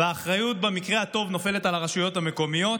והאחריות במקרה הטוב נופלת על הרשויות המקומיות,